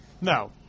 No